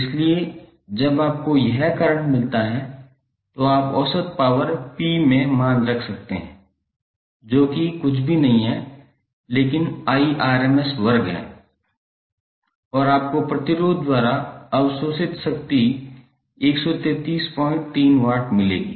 इसलिए जब आपको यह करंट मिलता है तो आप औसत पावर P में मान रख सकते हैं जो कि कुछ भी नहीं है लेकिन Irms वर्ग है और आपको प्रतिरोध द्वारा अवशोषित शक्ति 1333 वाट मिलेगी